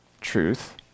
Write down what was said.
truth